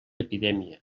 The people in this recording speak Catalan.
epidèmia